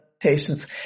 patients